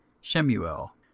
Shemuel